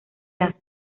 las